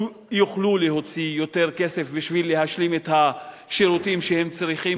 הם יוכלו להוציא יותר כסף בשביל להשלים את השירותים שהם צריכים,